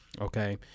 Okay